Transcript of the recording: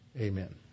Amen